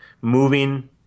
moving